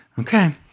Okay